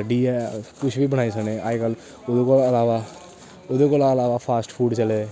कड्ढियै कुछ बी बनाई सकने अज्जकल ओह्दे कोला अलावा ओह्दे कोला अलावा फास्ट फूड चले दे